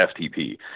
FTP